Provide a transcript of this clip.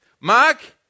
Mark